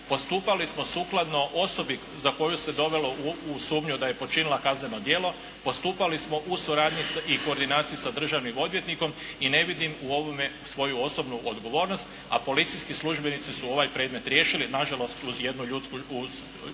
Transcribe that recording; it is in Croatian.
Postupali smo sukladno osobi za koju se dovelo u sumnju da je počinila kazneno djelo. Postupali smo u suradnji s, i u koordinaciji sa državnim odvjetnikom. I ne vidim u ovome svoju osobnu odgovornost, a policijski službenici su ovaj predmet riješili, nažalost uz ljudske